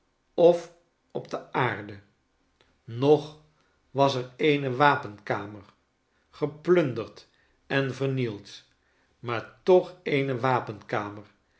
of op de aarde nog was er eene wapenkamer geplunderd en vernield maar toch eene wapenkamer